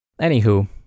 Anywho